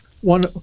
one